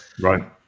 Right